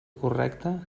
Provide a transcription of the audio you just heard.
correcta